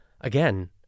again